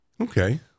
Okay